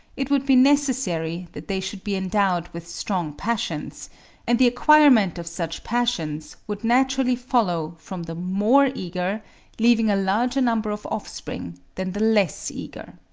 it would be necessary that they should be endowed with strong passions and the acquirement of such passions would naturally follow from the more eager leaving a larger number of offspring than the less eager.